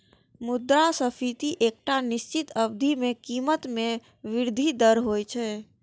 मुद्रास्फीति एकटा निश्चित अवधि मे कीमत मे वृद्धिक दर होइ छै